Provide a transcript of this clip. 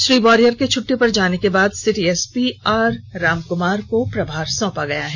श्री वारियर के छुट्टी पर जाने के बाद सिटी एसपी आर रामक्मार को प्रभार दिया गया है